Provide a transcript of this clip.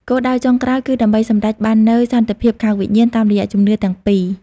គោលដៅចុងក្រោយ គឺដើម្បីសម្រេចបាននូវសន្តិភាពខាងវិញ្ញាណតាមរយៈជំនឿទាំងពីរ។